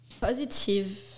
positive